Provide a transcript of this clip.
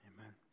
amen